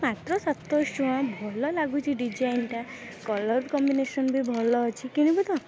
ମାତ୍ର ସାତଶହ ଟଙ୍କା ଭଲ ଲାଗୁଛି ଡିଜାଇନ୍ଟା କଲର୍ କମ୍ବିନେସନ୍ ବି ଭଲ ଅଛି କିଣିବୁ ତ